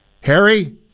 Harry